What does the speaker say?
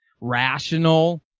rational